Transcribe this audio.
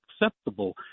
acceptable